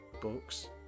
books